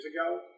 ago